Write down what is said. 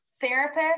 therapist